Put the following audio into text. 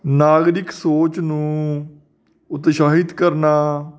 ਨਾਗਰਿਕ ਸੋਚ ਨੂੰ ਉਤਸ਼ਾਹਿਤ ਕਰਨਾ